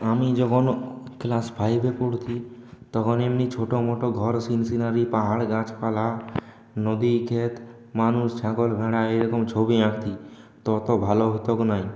আমি যখন ক্লাস ফাইভে পড়তাম তখন এমনি ছোট মোটো ঘর সিন সিনারি পাহাড় গাছপালা নদী খেত মানুষ ছাগল ভেড়া এইরকম ছবি আঁকতাম তত ভালো হতো না